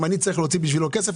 אם אני צריך להוציא בשבילו כסף,